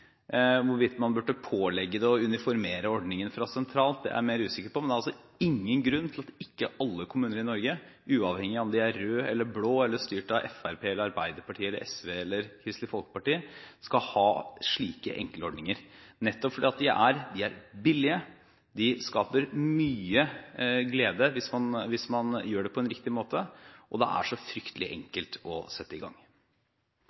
Hvorvidt man burde pålegge det og uniformere ordningen fra sentralt hold, er jeg mer usikker på. Men det er ingen grunn til at ikke alle kommuner i Norge, uavhengig av om de er røde eller blå, styrt av Fremskrittspartiet, Arbeiderpartiet, SV eller Kristelig Folkeparti, skal ha slike enkle ordninger, nettopp fordi de er billige, fordi de skaper mye glede hvis man gjør det på en riktig måte, og fordi det er så fryktelig enkelt å sette i gang.